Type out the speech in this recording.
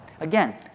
Again